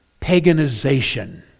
paganization